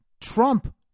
Trump